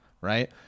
right